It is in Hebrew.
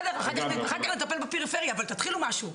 אחר כך נטפל בפריפריה אבל תתחילו במשהו.